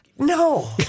No